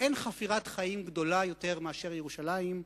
אין חפירת חיים גדולה יותר מאשר ירושלים.